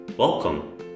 Welcome